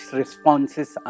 responses